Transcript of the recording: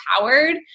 empowered